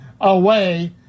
away